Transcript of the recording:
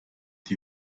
die